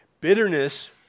Bitterness